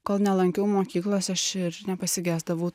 kol nelankiau mokyklos aš ir nepasigesdavau